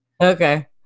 Okay